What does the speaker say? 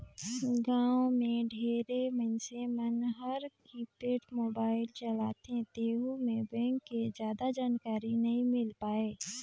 गांव मे ढेरे मइनसे मन हर कीपेड मोबाईल चलाथे तेहू मे बेंक के जादा जानकारी नइ मिल पाये